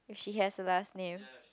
if she has a last name